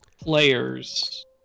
players